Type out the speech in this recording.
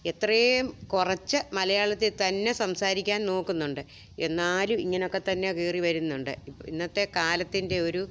എത്രയും കുറച്ച് മലയാളത്തിൽ തന്നെ സംസാരിക്കാൻ നോക്കുന്നുണ്ട് എന്നാലും ഇങ്ങനെയൊക്കെത്തന്നെ കയറി വരുന്നുണ്ട് ഇന്നത്തെ കാലത്തിൻ്റെ ഒരു